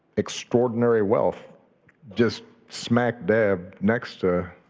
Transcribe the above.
extraordinary wealth just smack-dab next to